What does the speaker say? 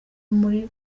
muri